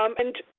um and